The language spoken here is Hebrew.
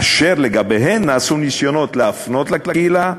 אשר לגביה נעשו ניסיונות להפנות לקהילה.